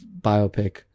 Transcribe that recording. biopic